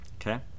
okay